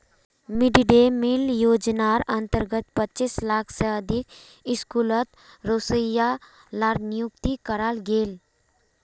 mid day meal योज्नार अंतर्गत पच्चीस लाख से अधिक स्कूलोत रोसोइया लार नियुक्ति कराल गेल